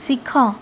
ଶିଖ